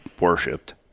worshipped